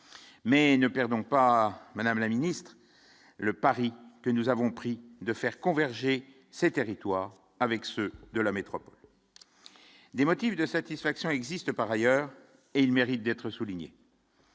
mais ne perdons pas Madame la Ministre, le pari que nous avons pris de faire converger ces territoires avec ceux de la métropole des motifs de satisfaction existe par ailleurs et il mérite d'être souligné.